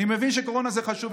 אני מבין שקורונה זה חשוב.